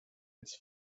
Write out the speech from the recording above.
its